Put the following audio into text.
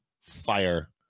fire